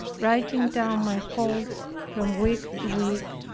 writing down my faults from week to week,